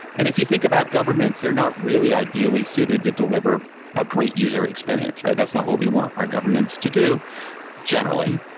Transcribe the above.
and if you think about governments, they're not really ideally suited to deliver a great user experience, right? that's not what we want our governments to do generally.